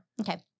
Okay